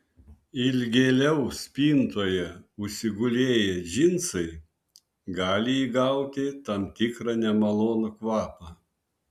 ilgėliau spintoje užsigulėję džinsai gali įgauti tam tikrą nemalonų kvapą